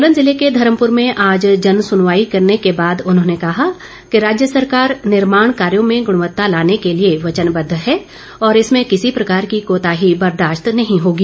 सोलन जिले के धर्मपुर में आज जन सुनवाई करने के बाद उन्होंने कहा कि राज्य सरकार निर्माण कार्यो में गुणवत्ता लाने के लिए वचनबद्व है और इसमें किसी प्रकार की कोताही बर्दाश्त नहीं होगी